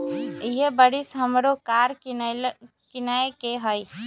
इहे बरिस हमरो कार किनए के हइ